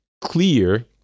clear